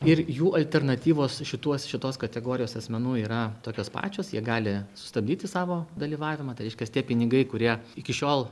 ir jų alternatyvos šituos šitos kategorijos asmenų yra tokios pačios jie gali sustabdyti savo dalyvavimą tai reiškias tie pinigai kurie iki šiol